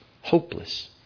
Hopeless